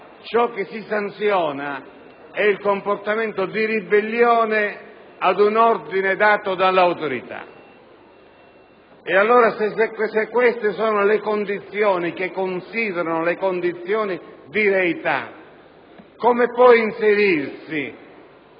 ciò che si sanziona, cioè, è il comportamento di ribellione ad un ordine dato dall'autorità. E allora, se questi sono i presupposti che considerano le condizioni di reità, come può inserirsi